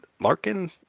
Larkin